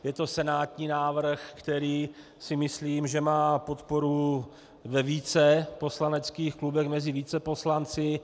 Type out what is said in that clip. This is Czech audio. Je to senátní návrh, který si myslím, že má podporu ve více poslaneckých klubech mezi více poslanci.